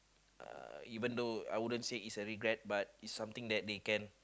uh even though I wouldn't said is a regret but it's something that they can